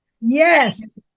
Yes